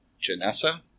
Janessa